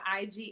IG